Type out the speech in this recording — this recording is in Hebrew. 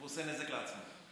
הוא עושה נזק לעצמו.